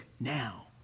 now